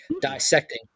dissecting